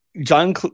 John